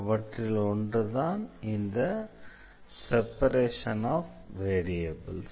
அவற்றில் ஒன்றுதான் separation of variables